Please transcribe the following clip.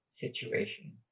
situation